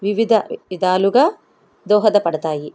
వివిధ విధాలుగా దోహదపడతాయి